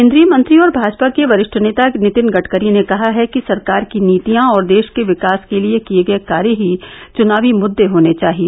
केन्द्रीय मंत्री और भाजपा के वरिष्ठ नेता नितिन गडकरी ने कहा है कि सरकार की नीतियां और देश के विकास के लिए किए गये कार्य ही चुनावी मुद्दे होने चाहिए